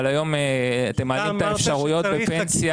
אבל היום אתם מעלים את האפשרויות בפנסיה.